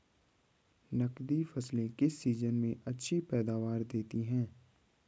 नकदी फसलें किस सीजन में अच्छी पैदावार देतीं हैं?